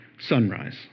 sunrise